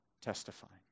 testifying